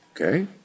Okay